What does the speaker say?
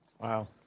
Wow